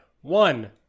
one